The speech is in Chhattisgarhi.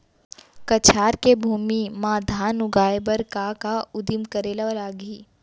कछार के भूमि मा धान उगाए बर का का उदिम करे ला लागही?